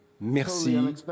merci